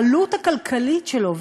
העלות הכלכלית שלו,